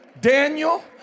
Daniel